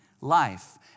life